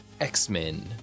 X-Men